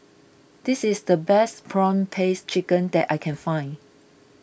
this is the best Prawn Paste Chicken that I can find